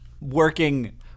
working